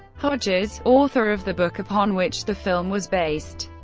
hodges, author of the book upon which the film was based,